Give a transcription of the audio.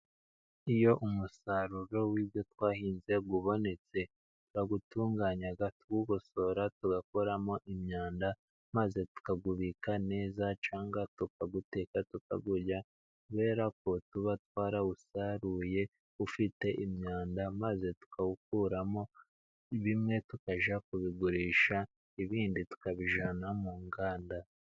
Iyo umusaruro w'ibyo twahinze ubonetse turawutunganya, tuwugosora, tugakuramo imyanda, maze tukawubika neza cyangwa tukawuteka tukawurya. Kubera ko tuba twarawusaruye ufite imyanda, maze tukawukuramo bimwe tukajya kubigurisha, ibindi tukabijyana mu nganda.